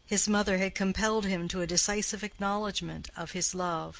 his mother had compelled him to a decisive acknowledgment of his love,